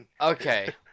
Okay